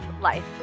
life